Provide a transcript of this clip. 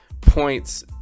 points